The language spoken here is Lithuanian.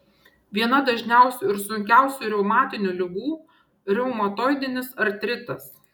viena dažniausių ir sunkiausių reumatinių ligų reumatoidinis artritas